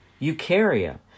eukarya